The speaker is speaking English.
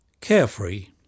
Carefree